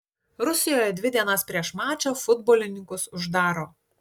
rusijoje dvi dienas prieš mačą futbolininkus uždaro